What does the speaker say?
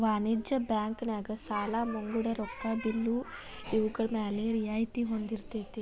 ವಾಣಿಜ್ಯ ಬ್ಯಾಂಕ್ ನ್ಯಾಗ ಸಾಲಾ ಮುಂಗಡ ರೊಕ್ಕಾ ಬಿಲ್ಲು ಇವ್ಗಳ್ಮ್ಯಾಲೆ ರಿಯಾಯ್ತಿ ಹೊಂದಿರ್ತೆತಿ